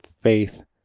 faith